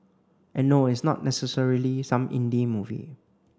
and no it's not necessarily some indie movie